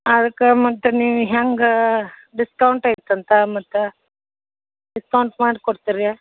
ಅದಕ್ಕೆ ಮತ್ತೆ ನೀವು ಹೆಂಗೆ ಡಿಸ್ಕೌಂಟ್ ಐತಂತ ಮತ್ತು ಡಿಸ್ಕೌಂಟ್ ಮಾಡಿ ಕೊಡ್ತೀರ